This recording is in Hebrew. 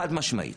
חד-משמעית.